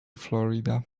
florida